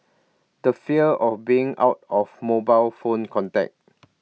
the fear of being out of mobile phone contact